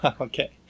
Okay